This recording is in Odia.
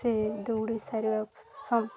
ସେ ଦୌଡ଼ି ସାରିବା ସ